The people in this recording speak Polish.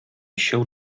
się